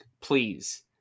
please